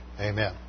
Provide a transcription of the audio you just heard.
Amen